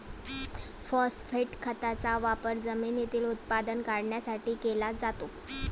phosphate खताचा वापर जमिनीत उत्पादन वाढवण्यासाठी केला जातो